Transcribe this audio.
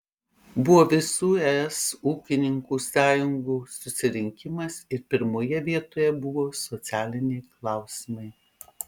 buvo visų es ūkininkų sąjungų susirinkimas ir pirmoje vietoje buvo socialiniai klausimai